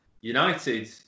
United